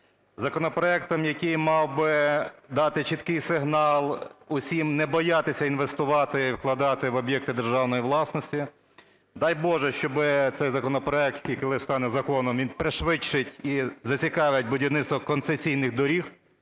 законопроектом, який мав би дати чіткий сигнал усім не боятися інвестувати, вкладати в об'єкти державної власності. Дай, Боже, щоб цей законопроект, тільки лиш стане законом, він пришвидшить і зацікавить будівництво концесійних доріг,